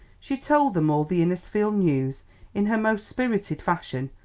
she told them all the innisfield news in her most spirited fashion,